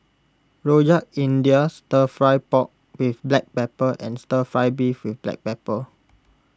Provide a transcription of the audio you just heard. Rojak India Stir Fry Pork with Black Pepper and Stir Fry Beef with Black Pepper